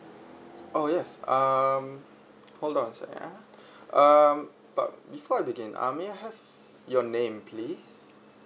oh yes um hold on a sec ya um but before I begin uh may I have your name please